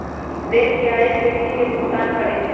देश के हरेक व्यक्ति के भुगतान करइ छइ